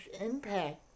impact